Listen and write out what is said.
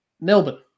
Melbourne